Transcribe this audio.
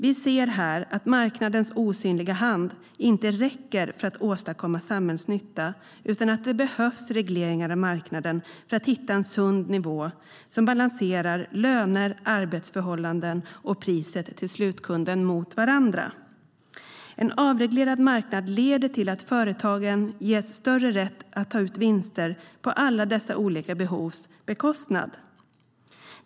Vi ser här att marknadens osynliga hand inte räcker för att åstadkomma samhällsnytta utan att det behövs regleringar av marknaden för att hitta en sund nivå som balanserar löner, arbetsförhållanden och priset till slutkunden mot varandra. En avreglerad marknad leder till att företagen ges större rätt att ta ut vinster på alla dessa olika behovs bekostnad.